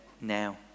now